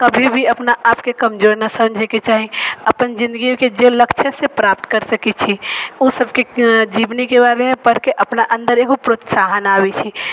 कभी भी अपना आपके कमजोर नहि समझे के चाही अपन जिंदगी के जे लक्ष्य छै से प्राप्त कर सकै छी ओसब के जीवनी के बारे मे पढ़के अपना अन्दर एगो प्रोत्साहन आबै छै